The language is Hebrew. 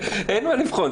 אין מה לבחון.